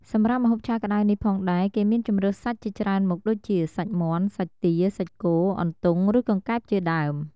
សម្រាប់ម្ហូបឆាក្តៅនេះផងដែរគេមានជម្រើសសាច់ជាច្រើនមុខដូចជា សាច់មាន់ សាច់ទា សាច់គោ អន្ទង់ ឬ កង្កែប ជាដើម។